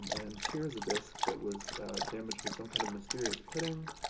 and here is a disc that was damaged with some kind of mysterious pitting.